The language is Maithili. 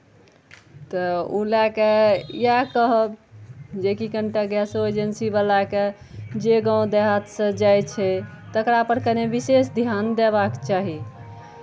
तऽ ओ लए कऽ इएह कहब जेकि कनि टा गैसो एजेन्सीवलाकेँ जे गाँव देहातसँ जाइ छै तकरापर कनि विशेष ध्यान देबाक चाही